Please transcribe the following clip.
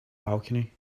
balcony